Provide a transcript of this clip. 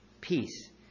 Peace